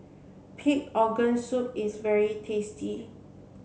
pig organ soup is very tasty